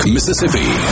Mississippi